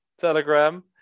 Telegram